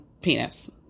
Penis